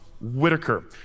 Whitaker